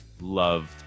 loved